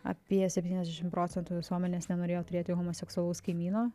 apie septyniasdešimt procentų visuomenės nenorėjo turėti homoseksualaus kaimyno